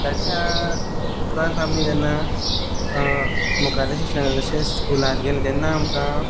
ताच्या उपरांत आमी जेन्ना मुखावयल्या शिक्षणांत जशे स्कुलांत गेले तेन्ना आमकां